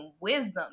wisdom